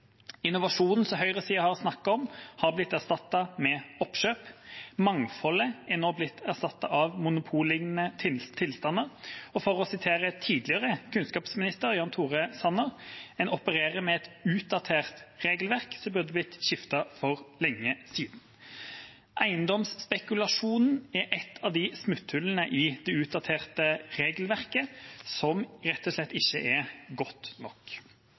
Innovasjonen som høyresida har snakket om, har blitt erstattet med oppkjøp. Mangfoldet er nå blitt erstattet av monopollignende tilstander, og for å referere til tidligere kunnskapsminister Jan Tore Sanner: En opererer med et utdatert regelverk som burde blitt skiftet ut for lenge siden. Eiendomsspekulasjon er et av smutthullene der det utdaterte regelverket rett og slett ikke er godt nok.